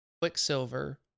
Quicksilver